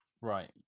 Right